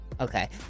Okay